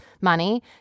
money